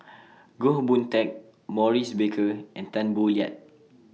Goh Boon Teck Maurice Baker and Tan Boo Liat